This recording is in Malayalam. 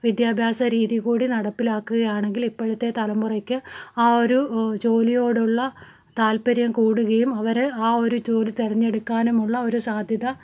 വിദ്യാഭ്യാസ രീതികൂടി നടപ്പിലാക്കുകയാണെങ്കിൽ ഇപ്പോഴത്തെ തലമുറയ്ക്ക് ആ ഒരു ജോലിയോടുള്ള താല്പര്യം കൂടുകയും അവരെ ആ ഒരു ജോലി തിരഞ്ഞെടുക്കാനുമുള്ള ഒരു സാധ്യത